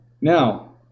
Now